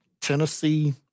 Tennessee